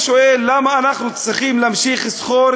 אני שואל למה אנחנו צריכים להמשיך ללכת סחור